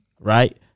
right